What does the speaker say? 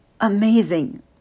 Amazing